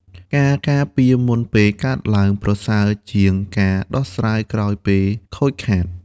ការការពារមុនពេលកើតឡើង ប្រសើរជាងការដោះស្រាយក្រោយពេលខូចខាត។